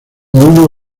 uno